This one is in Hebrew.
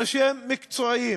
אנשים מקצועיים.